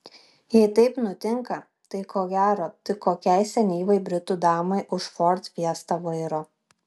jei taip nutinka tai ko gero tik kokiai senyvai britų damai už ford fiesta vairo